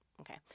Okay